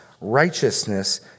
righteousness